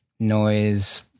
noise